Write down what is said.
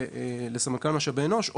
לסמנכ"ל משאבי אנוש,